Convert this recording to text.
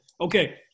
Okay